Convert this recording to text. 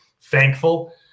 thankful